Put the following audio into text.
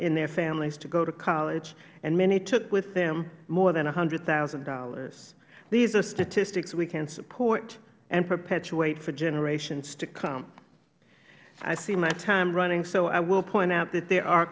in their families to go to college and many took with them more than one hundred thousand dollars these are statistics we can support and perpetuate for generations to come i see my time running out so i will point out that there are